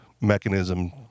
Mechanism